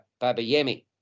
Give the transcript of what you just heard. Babayemi